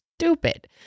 Stupid